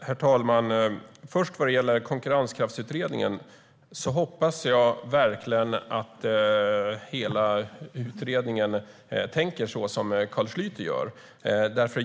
Herr talman! Vad gäller Konkurrenskraftsutredningen hoppas jag verkligen att alla i utredningen tänker så som Carl Schlyter gör.